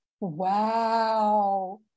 wow